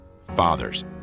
fathers